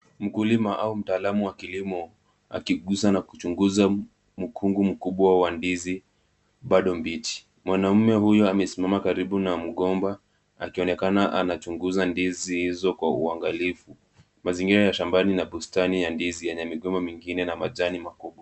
Mkulima au mtaalamu wa kilimo akiguza na kuchunguza mkungu mkubwa wa ndizi bado mbichi ,mwanamume huyu amesimama karibu na mgomba akionekana anachunguza ndizi hizo kwa uangalifu, mazingira ya shambani na bustani ya ndizi yenye migomba mingine na majani makubwa.